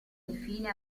infine